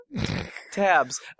Tabs